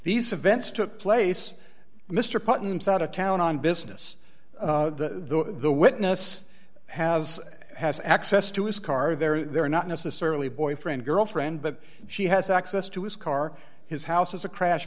these events took place mr putin's out of town on business though the witness has has access to his car they're not necessarily boyfriend girlfriend but she has access to his car his house as a crash